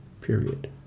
period